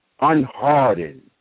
unhardened